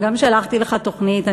וגם שלחתי לך תוכנית.